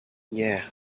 yeah